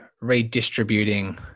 redistributing